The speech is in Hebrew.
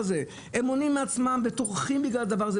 הם מונעים מעצמם וטורחים בגלל הדבר הזה,